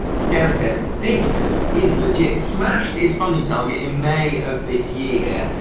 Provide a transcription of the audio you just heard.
scam, he says. this is legit, smashed its funding target in may of this year,